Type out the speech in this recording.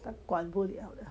他管不了